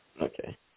okay